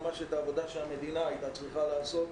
חלקן עושות את העבודה שהמדינה הייתה צריכה לעשות,